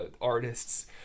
artists